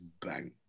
bang